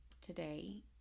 today